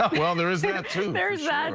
ah well, there is enough two there's ah and